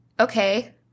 okay